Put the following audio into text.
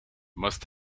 must